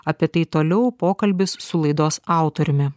apie tai toliau pokalbis su laidos autoriumi